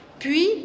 Puis